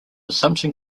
assumption